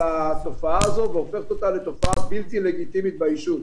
התופעה הזאת הופכת אותה לתופעה בלתי לגיטימית בישוב.